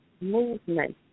movement